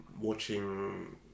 watching